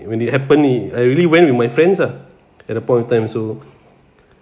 when it happen it I really went with my friends ah at that point of time so